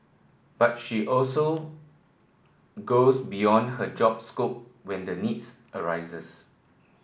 but she also goes beyond her job scope when the need arises